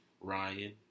Ryan